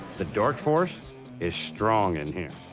the dark force is strong in here.